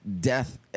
death